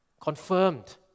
confirmed